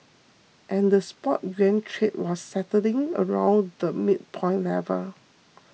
and the spot yuan trade was settling around the midpoint level